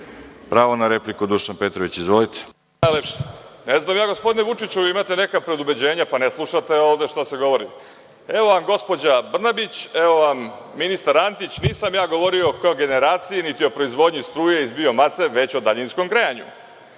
na repliku, Dušan Petrović. Izvolite. **Dušan Petrović** Ne znam ja gospodine Vučiću, vi imate neka predubeđenja pa ne slušate ovde šta se govori. Evo vam gospođa Brnabić, evo vam ministar Antić. Nisam ja govorio o kogeneraciji, niti o proizvodnji struje iz biomase, već o daljinskom grejanju.